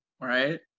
right